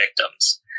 victims